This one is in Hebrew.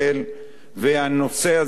והנושא הזה מחייב חוק.